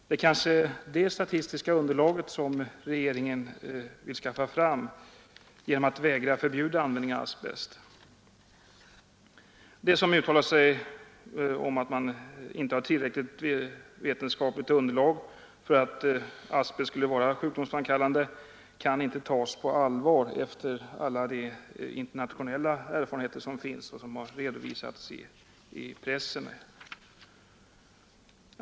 Det är kanske detta statistika underlag som regeringen vill skaffa fram genom att vägra att förbjuda användningen av asbest? De som uttalat att man inte har tillräckligt vetenskapligt underlag för att asbest skulle vara sjukdomsframkallande, kan inte tas på allvar efter alla de internationella erfarenheter som finns och redovisats i pressen.